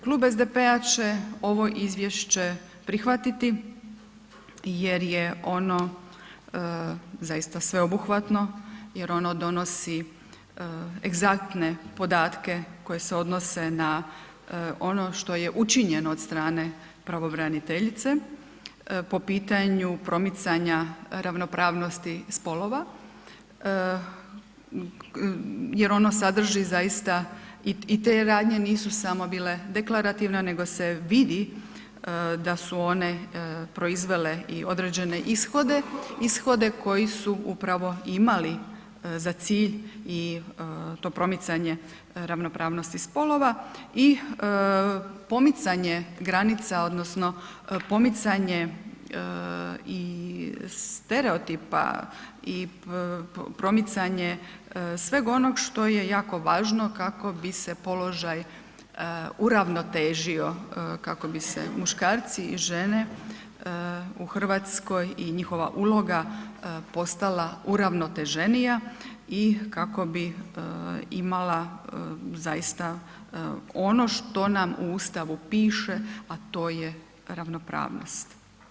Klub SDP-a će ovo izvješće prihvatiti jer je ono zaista sveobuhvatno jer ono donosi egzaktne podatke koje se odnose na ono što je učinjeno od strane pravobraniteljice po pitanju promicanja ravnopravnosti spolova jer ono sadrži zaista i te radnje nisu samo bile deklarativna, nego se vidi da su one proizvele i određene ishode, ishode koji su upravo imali za cilj i to promicanje ravnopravnosti spolova i pomicanje granica odnosno pomicanje i stereotipa i promicanje sveg onog što je jako važno kako bi se položaj uravnotežio, kako bi se muškarci i žene u RH i njihova uloga postala uravnoteženija i kako bi imala zaista ono što nam u Ustavu piše, a to je ravnopravnost.